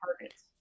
targets